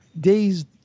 days